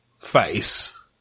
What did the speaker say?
Face